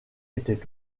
étaient